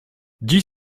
dziś